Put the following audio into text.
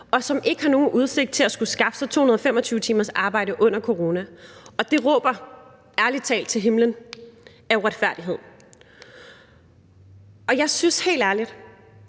og som ikke har nogen udsigt til at skulle skaffe sig 225 timers arbejde under corona, og det råber ærlig talt til himlen af uretfærdighed. Jeg synes helt ærligt: